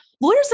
lawyers